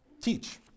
teach